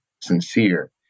sincere